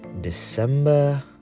December